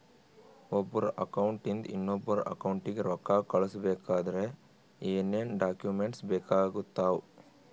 ಒಬ್ಬರ ಅಕೌಂಟ್ ಇಂದ ಇನ್ನೊಬ್ಬರ ಅಕೌಂಟಿಗೆ ರೊಕ್ಕ ಕಳಿಸಬೇಕಾದ್ರೆ ಏನೇನ್ ಡಾಕ್ಯೂಮೆಂಟ್ಸ್ ಬೇಕಾಗುತ್ತಾವ?